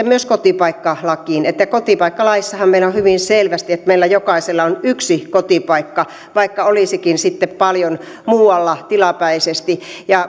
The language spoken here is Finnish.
myös kotipaikkalakiin kotipaikkalaissahan meillä on hyvin selvästi että meillä jokaisella on yksi kotipaikka vaikka olisikin sitten paljon muualla tilapäisesti